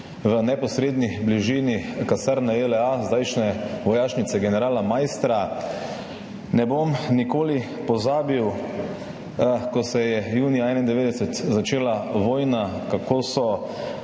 v neposredni bližini kasarne JLA, zdajšnje Vojašnice generala Maistra. Ne bom nikoli pozabil, ko se je junija 1991 začela vojna, kako so